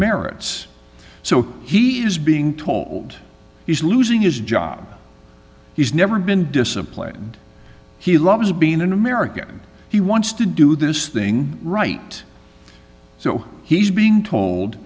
merits so he is being told he's losing his job he's never been disciplined he loves being an american he wants to do this thing right so he's being told